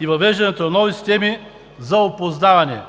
и въвеждането на нови системи за опознаване,